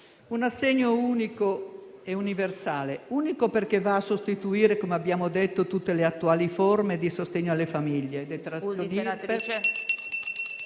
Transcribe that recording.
un assegno unico e universale: unico perché va a sostituire, come abbiamo detto, tutte le attuali forme di sostegno alle famiglie